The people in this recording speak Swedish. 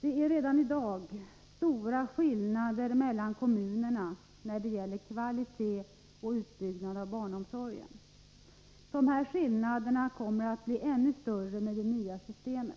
”Det är redan idag stora skillnader mellan kommunerna när det gäller kvalitet och utbyggnad av barnomsorgen, dessa skillnader kommer att bli ännu större med det nya systemet.